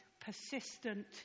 persistent